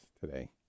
today